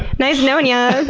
nice knowing ya!